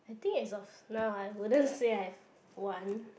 I think as of now I wouldn't say I have one